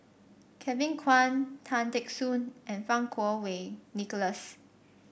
Kevin Kwan Tan Teck Soon and Fang Kuo Wei Nicholas